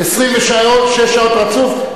26 שעות רצוף,